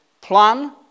Plan